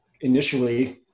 initially